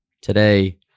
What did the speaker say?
Today